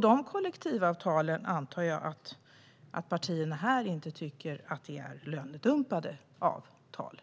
Dessa kollektivavtal antar jag att partierna här inte tycker är lönedumpade, för